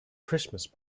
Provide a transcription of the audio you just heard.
christmas